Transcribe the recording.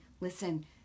Listen